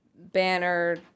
banner